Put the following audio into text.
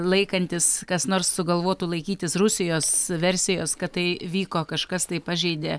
laikantis kas nors sugalvotų laikytis rusijos versijos kad tai vyko kažkas tai pažeidė